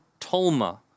tolma